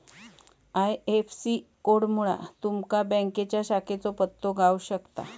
IFSC कोडमुळा तुमका बँकेच्या शाखेचो पत्तो गाव शकता